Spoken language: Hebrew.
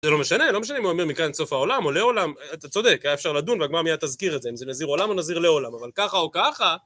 זה לא משנה, לא משנה אם הוא אומר מכאן עד סוף העולם או לעולם, אתה צודק, היה אפשר לדון והגמרא מיד תזכיר את זה, אם זה נזיר עולם או נזיר לעולם, אבל ככה או ככה...